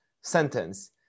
sentence